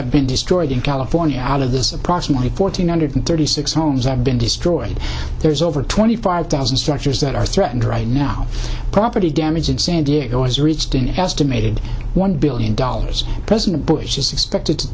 have been destroyed in california out of this approximately fourteen hundred thirty six homes have been destroyed there's over twenty five thousand structures that are threatened right now property damage in san diego has reached an estimated one billion dollars president bush is expected to